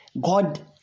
God